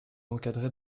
encadrer